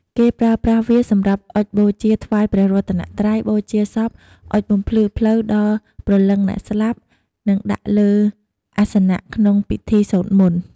គេប្រើប្រាស់វា សម្រាប់អុជបូជាថ្វាយព្រះរតនត្រ័យ បូជាសព អុជបំភ្លឺផ្លូវដល់ព្រលឹងអ្នកស្លាប់ និងដាក់លើអាសនៈក្នុងពិធីសូត្រមន្ត។